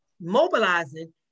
mobilizing